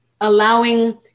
allowing